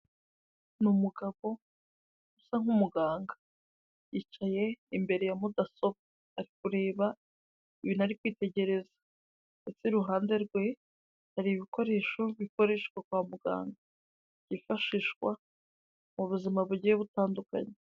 Ni umugabo usa nk'umuganga, yicaye imbere ya mudasobwa, ari kureba ibintu ari kwitegereza ndetse iruhande rwe hari ibikoresho bikoreshwa kwa muganga, byifashishwa mu buzima bugiye butandukanye.